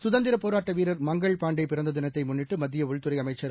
சுதந்திரப் போராட்டவீரர் மங்கள்பாண்டேபிறந்ததினத்தைமுன்னிட்டுமத்தியஉள்துறைஅமைச்சர் திரு